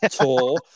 Tour